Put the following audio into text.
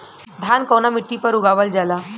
धान कवना मिट्टी पर उगावल जाला?